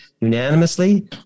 unanimously